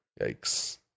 Yikes